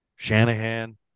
Shanahan